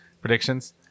predictions